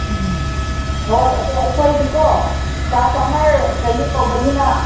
ꯎꯝ ꯍꯣꯏ ꯑꯗꯣ ꯑꯩꯈꯣꯏꯗꯤꯀꯣ ꯀꯥꯁꯇꯥꯝꯃꯔ ꯀꯩꯅꯣ ꯇꯧꯕꯅꯤꯅ